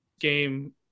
Game